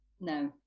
no